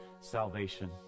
salvation